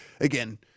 again